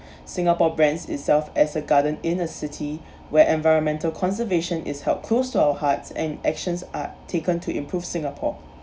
singapore brands itself as a garden in a city where environmental conservation is held close to our hearts and actions are taken to improve singapore